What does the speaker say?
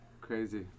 crazy